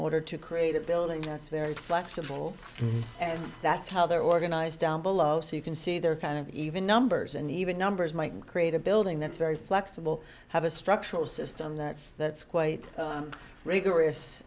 order to create a building that's very flexible and that's how they're organized down below so you can see their kind of even numbers and even numbers might create a building that's very flexible have a structural system that's quite rigorous